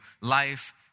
life